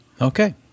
Okay